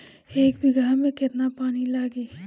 एक बिगहा में केतना पानी लागी?